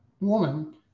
woman